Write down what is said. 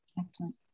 Excellent